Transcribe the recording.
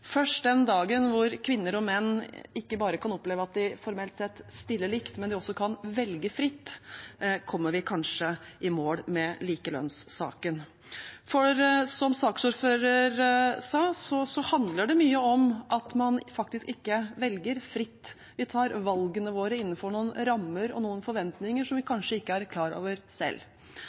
Først den dagen hvor kvinner og menn ikke bare kan oppleve at de formelt sett stiller likt, men også kan velge fritt, kommer vi kanskje i mål med likelønnssaken. For som saksordføreren sa, handler det mye om at man faktisk ikke velger fritt. Vi tar valgene våre innenfor noen rammer og noen forventninger som vi kanskje ikke er klar over selv.